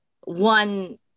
one